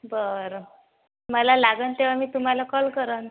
बरं मला लागेल तेव्हा मी तुम्हाला कॉल करीन